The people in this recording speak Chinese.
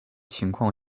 情况